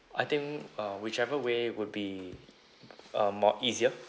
I think uh whichever way would be uh more easier